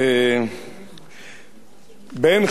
ואחריו, חבר הכנסת דב חנין.